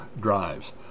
drives